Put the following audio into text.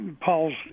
Paul's